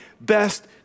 Best